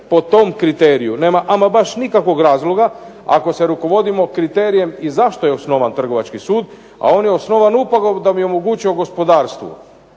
po tom kriteriju nema ama baš nikakvog razloga ako se rukovodimo kriterijem i zašto je osnovan trgovački sud, a on je osnovan upravo da bi omogućio gospodarstvu,